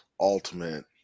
ultimate